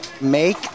make